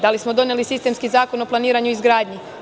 Da li smo doneli sistemski zakon o planiranju i izgradnji?